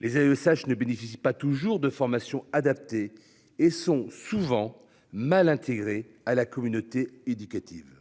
Les AESH ne bénéficient pas toujours de formation adaptée et sont souvent mal intégrés à la communauté éducative.